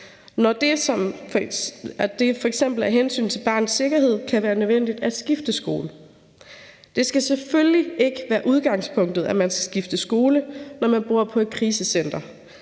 når det f.eks. af hensyn til barnets sikkerhed kan være nødvendigt at skifte skole. Det skal selvfølgelig ikke være udgangspunktet, at man skal skifte skole, når man bor på et krisecenter,